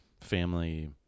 family